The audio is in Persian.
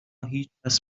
هیچکس